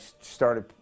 started